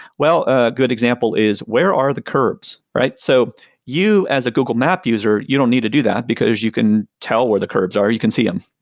well, a good example is where are the curbs, right? so you as a google map user, you don't need to do that, because you can tell where the curbs are, you can see them.